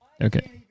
Okay